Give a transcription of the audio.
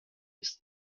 ist